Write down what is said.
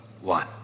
one